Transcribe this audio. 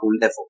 level